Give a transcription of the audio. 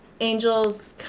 angels